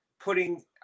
putting